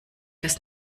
das